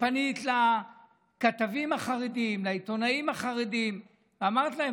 פנית לכתבים החרדים, לעיתונאים החרדים, ואמרת להם.